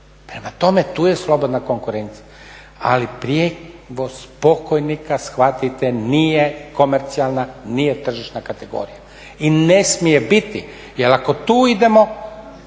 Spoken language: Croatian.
Prema tome, tu je slobodna konkurencija. Ali prijevoz pokojnika, shvatite, nije komercijalna, nije tržišna kategorija i ne smije biti jer ako tu idemo,